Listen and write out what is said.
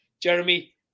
Jeremy